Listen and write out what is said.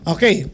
Okay